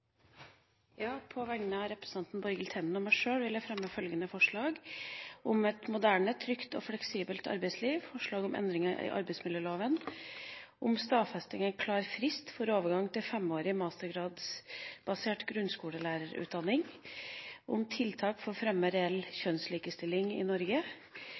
På vegne av representanten Borghild Tenden og meg sjøl vil jeg fremme følgende representantforslag: Forslag om et moderne, trygt og fleksibelt arbeidsliv – forslag om endringer i arbeidsmiljøloven, deretter forslag om å stadfeste en klar frist for overgang til femårig mastergradsbasert grunnskolelærerutdanning, så forslag om tiltak for å fremme reell kjønnslikestilling i Norge,